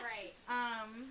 Right